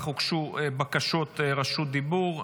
אך הוגשו בקשות רשות דיבור.